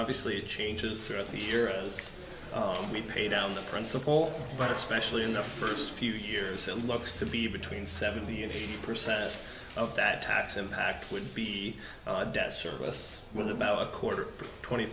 obviously it changes throughout the year of those we pay down the principal but especially in the first few years it looks to be between seventy and eighty percent of that tax impact would be zero debt service with about a quarter twenty